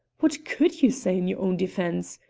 what could you say in your own defence?